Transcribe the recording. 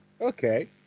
okay